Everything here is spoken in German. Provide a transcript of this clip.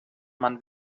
man